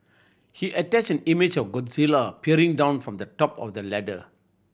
he attached an image of Godzilla peering down from the top of the ladder